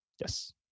Yes